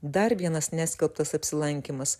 dar vienas neskelbtas apsilankymas